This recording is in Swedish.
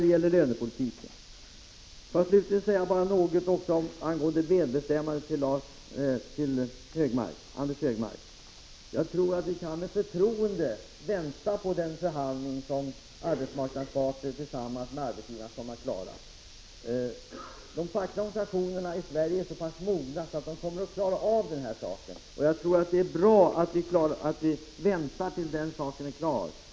Till Anders Högmark vill jag säga att jag tror att vi med förtroende kan vänta på resultatet av den förhandling som kommer att föras. De fackliga organisationerna i Sverige är så mogna att de kommer att klara av den saken, och jag tror att det är bra att vi väntar till dess förhandlingen är klar.